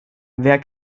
wer